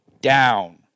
down